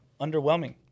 underwhelming